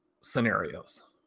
scenarios